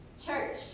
church